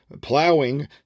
plowing